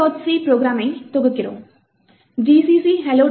c ப்ரோக்ராமை தொகுக்கிறோம் gcc hello